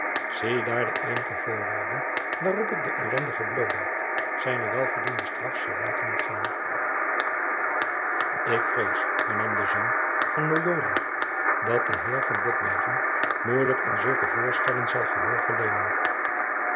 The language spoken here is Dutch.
ziedaar de eenige voorwaarden waarop ik den elendigen bloodaart zijne welverdiende straf zal laten ontgaan ik vrees hernam de zoon van lojola dat de heer van botbergen moeilijk aan zulke voorstellen zal gehoor verleenen